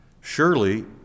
Surely